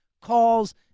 calls